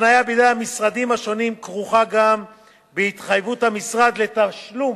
ההפניה מהמשרדים השונים כרוכה גם בהתחייבות המשרד לתשלום